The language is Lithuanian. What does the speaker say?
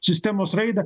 sistemos raidą